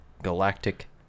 galactic